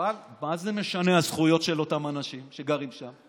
אבל מה זה משנה הזכויות של אותם אנשים שגרים שם,